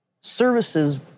services